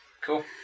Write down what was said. Cool